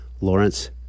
Lawrence